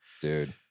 Dude